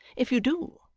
if you do,